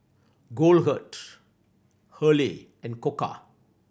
Goldheart Hurley and Koka